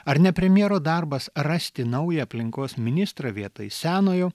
ar ne premjero darbas rasti naują aplinkos ministrą vietoj senojo